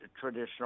traditional